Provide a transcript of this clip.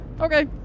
Okay